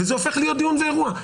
וזה הופך להיות דיון ואירוע.